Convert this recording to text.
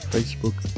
Facebook